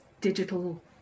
digital